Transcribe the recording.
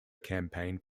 campaigned